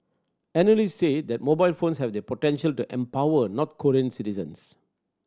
analysts say that mobile phones have the potential to empower North Korean citizens